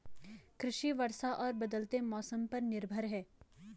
कृषि वर्षा और बदलते मौसम पर निर्भर है